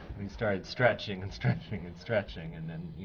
we started stretching and stretching and stretching, and then,